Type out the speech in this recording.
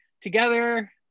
together